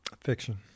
Fiction